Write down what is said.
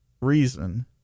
reason